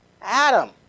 Adam